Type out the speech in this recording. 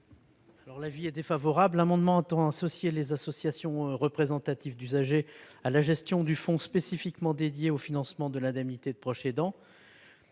l'avis de la commission ? Cet amendement tend à associer les associations représentatives d'usagers à la gestion du fonds spécifiquement dédiée au financement de l'indemnité de proche aidant.